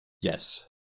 Yes